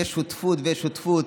יש שותפות ויש שותפות.